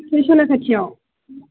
police थाना खाथियाव